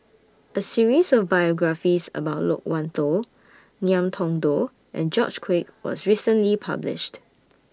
A series of biographies about Loke Wan Tho Ngiam Tong Dow and George Quek was recently published